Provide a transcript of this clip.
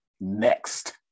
next